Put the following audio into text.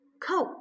coat